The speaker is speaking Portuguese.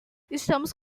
estamos